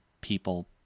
people